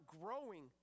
growing